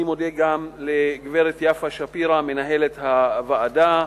אני מודה גם לגברת יפה שפירא, מנהלת הוועדה,